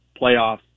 playoffs